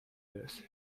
this